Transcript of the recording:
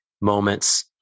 moments